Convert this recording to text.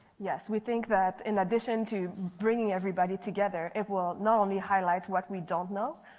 yes. we think that in addition to bringing everybody together, it will not only highlight what we don't know,